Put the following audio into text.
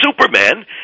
Superman